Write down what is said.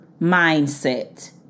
mindset